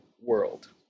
world